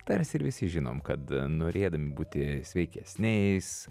tarsi ir visi žinom kad norėdami būti sveikesniais